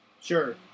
Sure